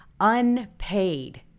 Unpaid